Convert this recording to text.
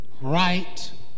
right